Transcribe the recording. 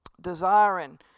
desiring